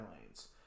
lanes